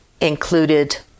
included